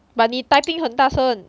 but 你 typing 很大声